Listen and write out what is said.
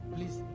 Please